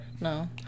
No